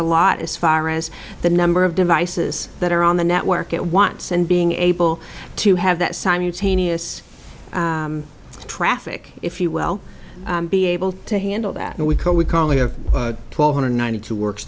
a lot as far as the number of devices that are on the network at once and being able to have that simultaneous traffic if you well be able to handle that and we could we currently have twelve hundred ninety two works